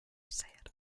said